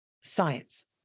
science